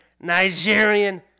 Nigerian